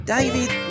David